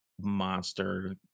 monster